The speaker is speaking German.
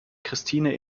christine